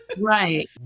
Right